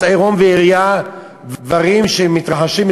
"ואת ערום ועריה" דברים שמתרחשים,